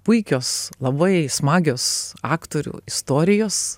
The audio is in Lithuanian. puikios labai smagios aktorių istorijos